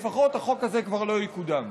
לפחות החוק הזה כבר לא יקודם.